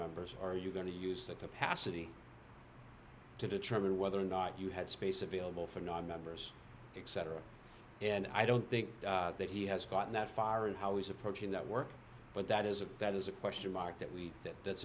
members are you going to use that capacity to determine whether or not you had space available for non members etc and i don't think that he has gotten that far and how he's approaching that work but that is a that is a question mark that we that that's